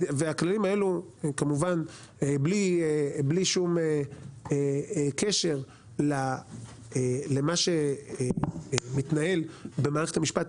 כללים שהם בלי שום קשר למה שמתנהל במערכת המשפט.